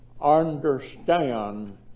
understand